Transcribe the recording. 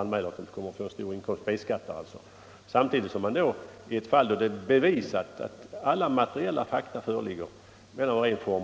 att människor som betalar B-skatt anmäler för stor inkomst. Samtidigt gör man så här av ren formalism i ett fall där alla materiella fakta föreligger.